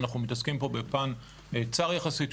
אנחנו מתעסקים פה בפן צר יחסית,